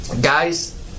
guys